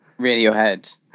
Radiohead